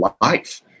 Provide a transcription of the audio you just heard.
life